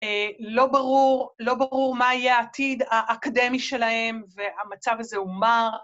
לא ברור, לא ברור מה יהיה העתיד האקדמי שלהם והמצב הזה הוא מר...